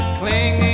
clinging